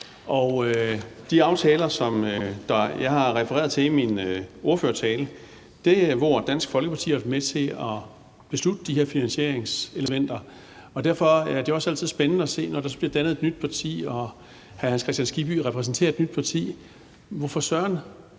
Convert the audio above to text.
de aftaler, jeg har refereret til i min ordførertale, er nogle, hvor Dansk Folkeparti har været med til beslutte de her finansieringselementer. Det er også altid spændende at se, når der bliver dannet et nyt parti og hr. Hans Kristian Skibby repræsenterer et nyt parti. Hvorfor søren